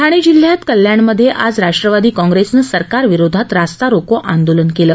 ठाणे जिल्ह्यात कल्याणमध्ये आज राष्ट्रवादी कॉंप्रेसनं सरकारविरोधात रास्ता रोको आंदोलन केलं